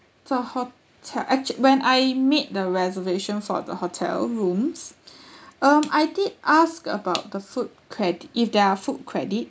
the hotel actu~ when I made the reservation for the hotel rooms um I did ask about the food cred~ if there are food credit